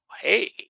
hey